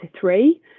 three